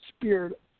spirit